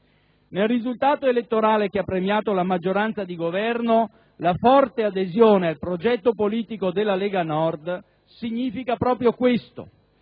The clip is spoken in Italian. Nel risultato elettorale che ha premiato la maggioranza di Governo, la forte adesione al progetto politico della Lega Nord significa proprio questo: